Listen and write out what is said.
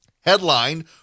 Headline